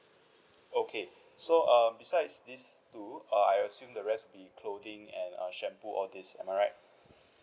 okay so um besides these two uh I assume the rest be clothing and uh shampoo all these am I right